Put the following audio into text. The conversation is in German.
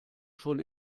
schon